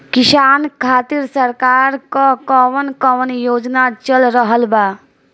किसान खातिर सरकार क कवन कवन योजना चल रहल बा?